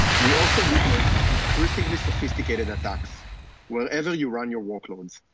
we also witness increasingly sophisticated attacks wherever you run your workloads.